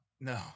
No